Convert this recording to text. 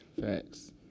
Facts